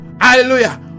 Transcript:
hallelujah